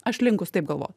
aš linkus taip galvo